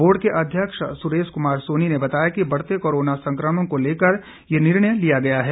board के अध्यक्ष सुरेश कुमार सोनी ने बताया कि बढ़ते कोरोना संक्रमण को लेकर ये निर्णय लिया गया है